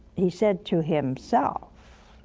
he said to himself,